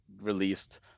Released